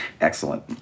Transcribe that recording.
Excellent